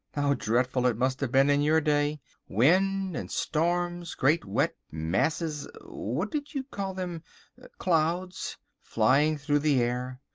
how dreadful it must have been in your day wind and storms, great wet masses what did you call them clouds flying through the air,